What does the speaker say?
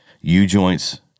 U-joints